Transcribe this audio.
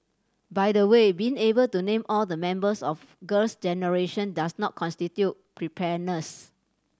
by the way being able to name all the members of Girls Generation does not constitute preparedness